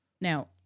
Now